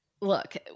look